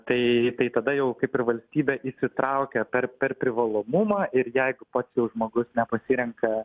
tai tai tada jau kaip ir valstybė įsitraukia per per privalomumą ir jeigu pats jau žmogus nepasirenka